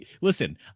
listen